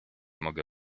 mogę